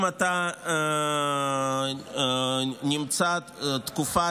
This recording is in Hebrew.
אם אתה נמצא תקופה